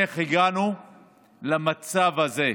איך הגענו למצב הזה,